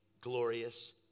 glorious